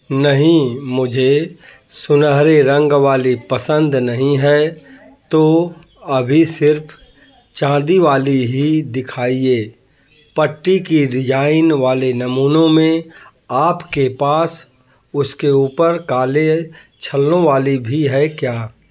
नहीं मुझे सुनहरे रंग वाली पसन्द नहीं है तो अभी सिर्फ़ चाँदी वाली ही दिखाइए पट्टी की डिज़ाइन वाले नमूनों में आपके पास उसके ऊपर काले छल्लों वाली भी है क्या